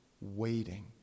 waiting